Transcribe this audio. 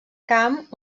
camp